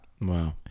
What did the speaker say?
wow